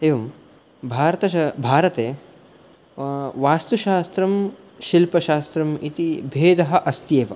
एवं भारते वास्तुशास्त्रं शिल्पशास्त्रम् इति भेदः अस्ति एव